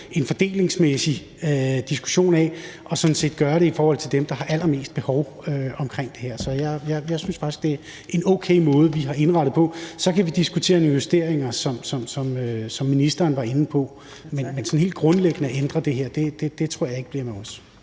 en fordelingsmæssig diskussion og sådan set gøre det i forhold til dem, der har allermest behov for det her. Så jeg synes faktisk, det er en okay måde, vi har indrettet det på. Så kan vi diskutere nogle justeringer, som ministeren var inde på, men sådan helt grundlæggende at ændre det her tror jeg ikke bliver med os.